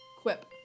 Quip